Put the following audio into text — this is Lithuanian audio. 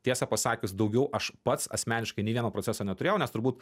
tiesą pasakius daugiau aš pats asmeniškai nei vieno proceso neturėjau nes turbūt